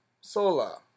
Sola